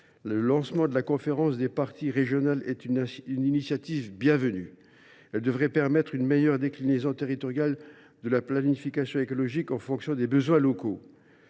Le lancement des conférences des parties régionales est une initiative bienvenue. Celles ci devraient permettre une meilleure déclinaison territoriale de la planification écologique en fonction des besoins locaux